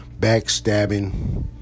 backstabbing